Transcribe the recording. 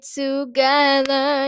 together